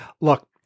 look